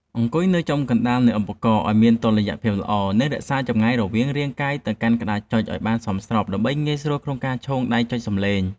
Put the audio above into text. អង្គុយនៅចំកណ្តាលនៃឧបករណ៍ឱ្យមានតុល្យភាពល្អ និងរក្សាចម្ងាយរវាងរាងកាយទៅកាន់ក្តារចុចឱ្យបានសមស្របដើម្បីងាយស្រួលក្នុងការឈោងដៃចុចសម្លេង។